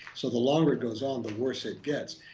so the longer it goes on the worse it gets.